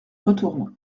retournant